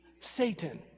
Satan